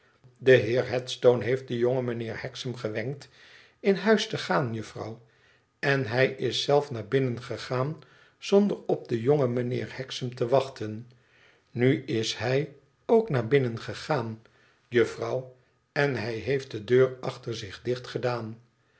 de heer headstone heeft den jongen meneer hexam gewenkt in huis te gaan juffrouw en hij is zelf naar binnen gegaan zonder op deo jongen meneer hexam te wachten nu is ook naar binnen gegaan juffrouw en hij heeft de deur achter zich dicht